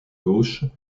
gauche